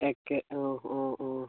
packet অঁ অঁ অঁ